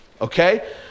okay